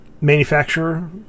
manufacturer